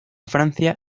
francia